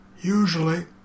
Usually